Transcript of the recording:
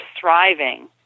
thriving